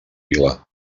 vila